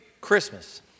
Christmas